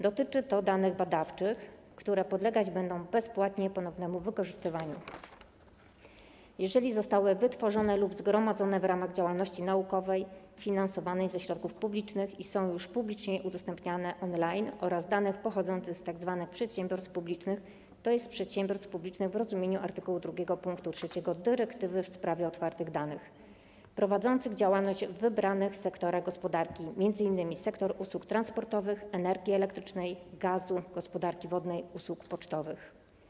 Dotyczy to danych badawczych, które podlegać będą bezpłatnie ponownemu wykorzystywaniu, jeżeli zostały wytworzone lub zgromadzone w ramach działalności naukowej finansowej ze środków publicznych i są już publicznie udostępniane on-line, oraz danych pochodzących z tzw. przedsiębiorstw publicznych, tj. przedsiębiorstw publicznych w rozumieniu art. 2 pkt 3 dyrektywy w sprawie otwartych danych, prowadzących działalność w wybranych sektorach gospodarki, m.in. sektorze usług transportowych, energii elektrycznej, gazu, gospodarki wodnej i usług pocztowych.